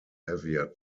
heavier